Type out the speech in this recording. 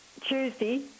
Tuesday